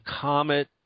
comet